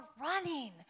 running